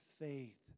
faith